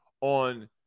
on